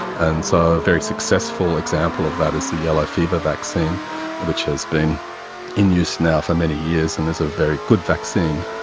and so a very successful example of that is the yellow fever vaccine which has been in use now for many years and is a very good vaccine.